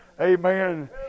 Amen